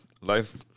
Life